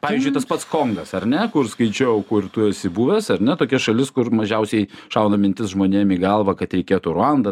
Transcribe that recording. pavyzdžiui tas pats kongas ar ne kur skaičiau kur tu esi buvęs ar ne tokia šalis kur mažiausiai šauna mintis žmonėm į galvą kad reikėtų ruanda